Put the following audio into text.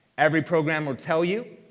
every program will tell you.